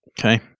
Okay